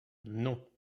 non